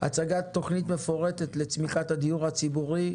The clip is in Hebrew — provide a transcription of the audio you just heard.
הצגת תוכניות מפורטת לצמיחת הדיור הציבורי,